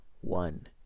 one